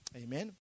amen